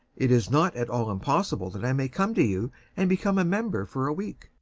it is not at all impossible that i may come to you and become a member for a week.